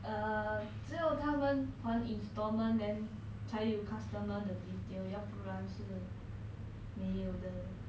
err 只有他们还 installment then 才有 customer 的 detail 要不然是没有的